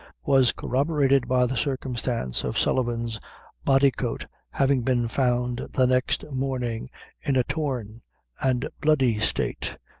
was corroborated by the circumstance of sullivan's body-coat having been found the next morning in a torn and bloody state,